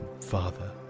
father